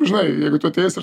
žinai jeigu tu ateisi ir